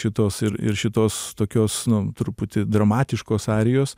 šitos ir ir šitos tokios nu truputį dramatiškos arijos